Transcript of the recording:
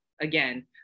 again